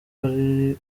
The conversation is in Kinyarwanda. wari